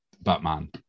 Batman